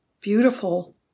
beautiful